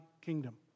kingdom